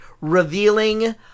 revealing